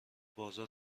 بازار